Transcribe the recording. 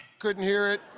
couldn't hear it.